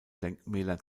denkmäler